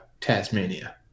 Tasmania